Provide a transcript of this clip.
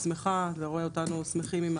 שמח שהיום זה יום שבו אנחנו מביאים נוסח שמעגן את